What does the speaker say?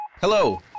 Hello